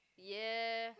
ya